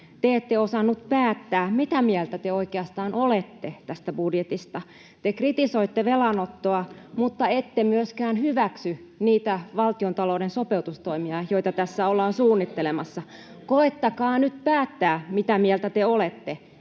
te ette osannut päättää, mitä mieltä te oikeastaan olette tästä budjetista. Te kritisoitte velanottoa, mutta ette myöskään hyväksy niitä valtiontalouden sopeutustoimia, joita tässä ollaan suunnittelemassa. Koettakaa nyt päättää, mitä mieltä te olette.